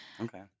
Okay